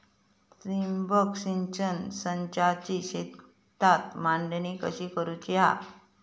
ठिबक सिंचन संचाची शेतात मांडणी कशी करुची हा?